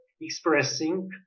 expressing